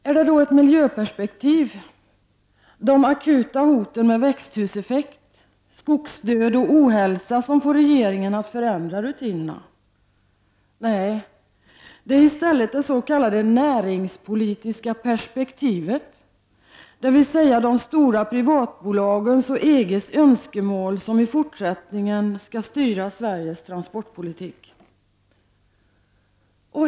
Är det då ett miljöperspektiv, med de akuta hoten med växthuseffekt, skogsdöd och ohälsa, som får regeringen att förändra rutinerna? Nej, det är i stället det s.k. näringspolitiska perspektivet, dvs. de stora privatbolagens och EGs önskemål, som i fortsättningen skall styra Sveriges transportpolitik.